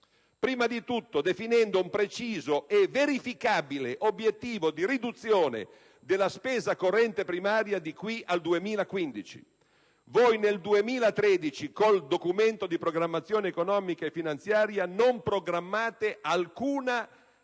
prima di tutto definendo un preciso e verificabile obiettivo di riduzione della spesa corrente primaria di qui al 2015. Voi nel 2013, con il Documento di programmazione economico-finanziaria, non programmate alcuna